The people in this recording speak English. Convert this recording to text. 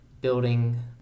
building